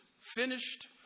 finished